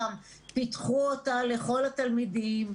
פיתחו אותה עבור כל התלמידים,